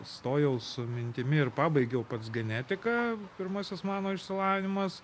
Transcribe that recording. stojau su mintimi ir pabaigiau pats genetiką pirmasis mano išsilavinimas